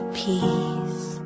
peace